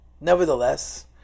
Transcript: Nevertheless